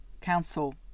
council